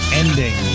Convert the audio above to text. ending